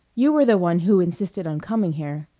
you were the one who insisted on coming here.